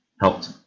helped